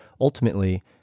ultimately